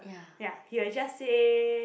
ya he will just say